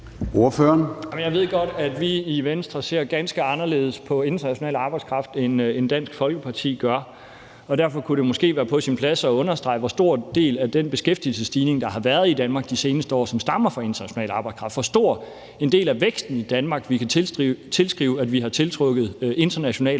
Jeg ved godt, at vi i Venstre ser ganske anderledes på international arbejdskraft, end Dansk Folkeparti gør. Derfor kunne det måske være på sin plads at understrege, hvor stor en del af den beskæftigelsesstigning, der har været i Danmark de seneste år, der stammer fra international arbejdskraft, hvor stor en del af væksten i Danmark vi kan tilskrive, at vi har tiltrukket international arbejdskraft,